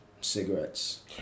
cigarettes